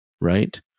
right